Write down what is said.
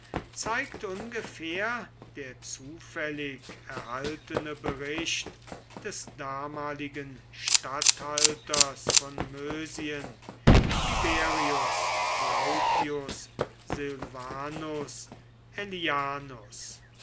zeigt ungefähr der zufällig erhaltene bericht des damaligen statthalters von mösien tiberius plautius silvanus